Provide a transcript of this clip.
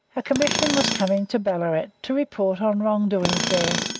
a commission was coming to ballarat to report on wrong doings there,